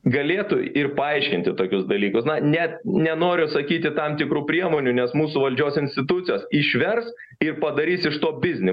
galėtų ir paaiškinti tokius dalykus na net nenoriu sakyti tam tikrų priemonių nes mūsų valdžios institucijos išvers ir padarys iš to biznį